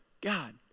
God